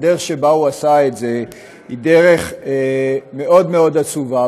הדרך שבה הוא עשה את זה היא דרך מאוד מאוד עצובה,